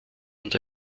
und